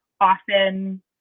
often